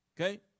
Okay